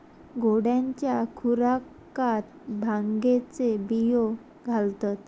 घोड्यांच्या खुराकात भांगेचे बियो घालतत